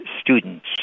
students